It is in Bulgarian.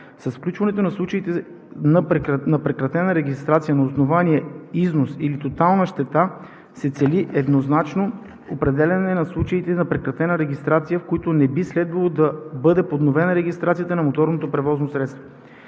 С включване на случаите на прекратена регистрация на основание износ или тотална щета се цели еднозначното определяне на случаите на прекратена регистрация, в които не би следвало да бъде подновена регистрацията на моторното превозно средство.